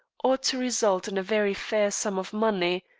ought to result in a very fair sum of money,